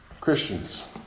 Christians